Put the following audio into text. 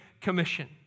commission